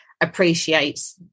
appreciates